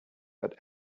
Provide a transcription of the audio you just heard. but